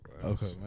Okay